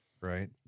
right